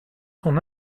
son